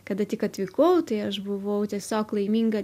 kada tik atvykau tai aš buvau tiesiog laiminga